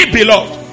beloved